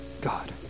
God